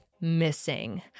missing